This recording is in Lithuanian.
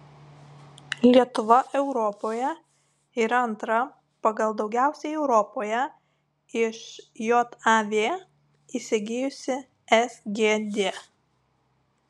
lietuva europoje yra antra pagal daugiausiai europoje iš jav įsigijusi sgd